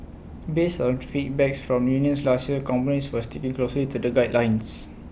based on feedbacks from unions last year companies were sticking closely to the guidelines